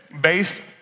based